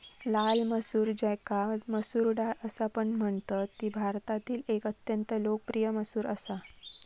लाल मसूर ज्याका मसूर डाळ असापण म्हणतत ती भारतातील एक अत्यंत लोकप्रिय मसूर असा